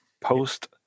post